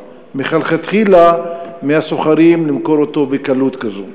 מלכתחילה מהסוחרים למכור אותו בקלות כזאת.